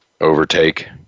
overtake